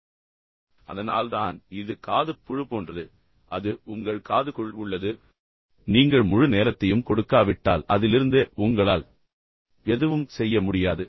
எனவே அதனால்தான் இது காதுப் புழு போன்றது அது உங்கள் காதுக்குள் உள்ளது பின்னர் நீங்கள் முழு நேரத்தையும் கொடுக்காவிட்டால் அதிலிருந்து உங்களால் எதுவும் செய்ய முடியாது